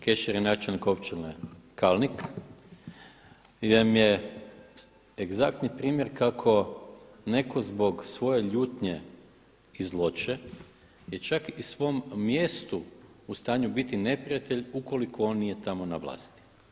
Kešer je načelnik općine Kalnik gdje vam je egzaktni primjer kako netko zbog svoje ljutnje i zloće je čak i svom mjestu u stanju biti neprijatelj ukoliko on nije tamo na vlasti.